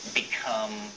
become